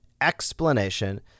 explanation